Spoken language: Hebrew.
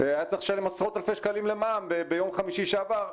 היה צריך לשלם עשרות אלפי שקלים למע"מ ביום חמישי שעבר,